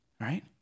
right